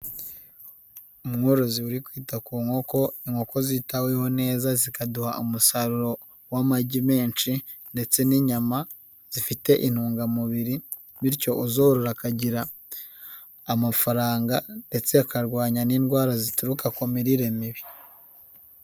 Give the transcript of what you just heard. Umworozi wi kwita ku nkoko inkoko zitaweho neza zikaduha umusaruro w'amagi menshi, ndetse n'inyama zifite intungamubiri bityo uzorora akagira amafaranga ndetse akarwanya n'indwara zituruka ku mirire mibi.